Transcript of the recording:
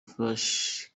flash